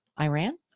Iran